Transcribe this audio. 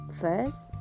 first